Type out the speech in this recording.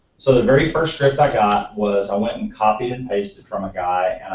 so the very first script i got was, i went and copied and pasted from a guy.